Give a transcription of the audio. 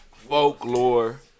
Folklore